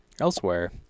elsewhere